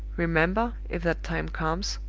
remember, if that time comes,